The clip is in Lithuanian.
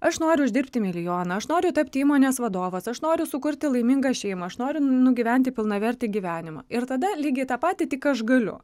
aš noriu uždirbti milijoną aš noriu tapti įmonės vadovas aš noriu sukurti laimingą šeimą aš noriu nugyventi pilnavertį gyvenimą ir tada lygiai tą patį tik aš galiu